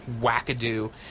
wackadoo